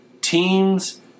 teams